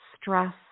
stress